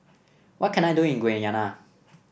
what can I do in Guyana